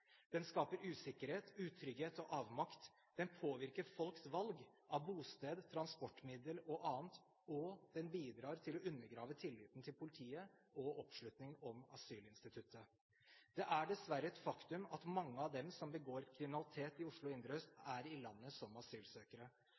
Den skaper usikkerhet, utrygghet og avmakt. Den påvirker folks valg av bosted, transportmiddel og annet, og den bidrar til å undergrave tilliten til politiet og oppslutningen om asylinstituttet. Det er dessverre et faktum at mange av dem som begår kriminalitet i Oslo indre øst, er i landet som asylsøkere.